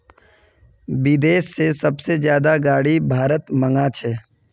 विदेश से सबसे ज्यादा गाडी भारत मंगा छे